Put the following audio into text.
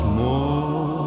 more